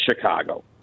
Chicago